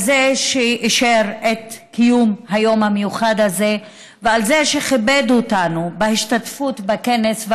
על זה שאישר את קיום היום המיוחד הזה ועל זה שכיבד אותנו בהשתתפות בכנס,